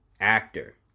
actor